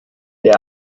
der